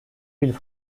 villes